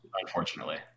unfortunately